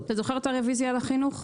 אתה זוכר את הרביזיה על החינוך?